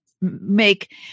make